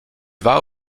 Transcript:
vas